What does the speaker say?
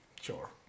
sure